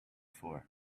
for